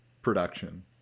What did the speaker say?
production